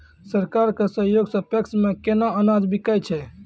सरकार के सहयोग सऽ पैक्स मे केना अनाज बिकै छै?